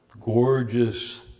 gorgeous